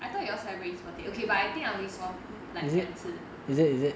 I thought you all celebrate his birthday but I think I only saw like 两次